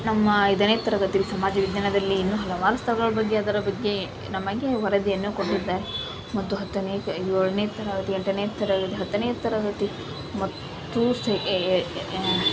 ನಮ್ಮ ಐದನೇ ತರಗತಿಯಲ್ಲಿ ಸಮಾಜ ವಿಜ್ಞಾನದಲ್ಲಿ ಇನ್ನು ಹಲವಾರು ಸ್ಥಳಗಳ ಬಗ್ಗೆ ಅದರ ಬಗ್ಗೆ ನಮಗೆ ವರದಿಯನ್ನು ಕೊಟ್ಟಿದ್ದಾರೆ ಮತ್ತು ಹತ್ತನೇ ಏಳನೇ ತರಗತಿ ಎಂಟನೇ ತರಗತಿ ಹತ್ತನೇ ತರಗತಿ ಮತ್ತು